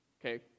Okay